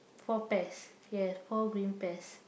four pears yeah four green pears